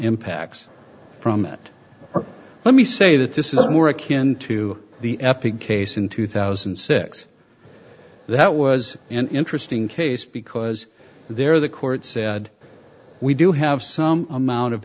impacts from it let me say that this is more akin to the epic case in two thousand and six that was an interesting case because there the court said we do have some amount of